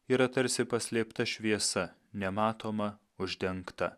yra tarsi paslėpta šviesa nematoma uždengta